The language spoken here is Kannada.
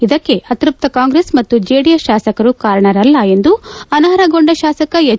ಇದಕ್ಕೆ ಅತೃಪ್ತ ಕಾಂಗ್ರೆಸ್ ಮತ್ತು ಜೆಡಿಎಸ್ ಶಾಸಕರು ಕಾರಣರಲ್ಲ ಎಂದು ಅನರ್ಹಗೊಂಡ ಶಾಸಕ ಎಚ್